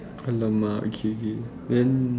alamak okay K then